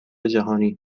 جهانی